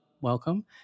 welcome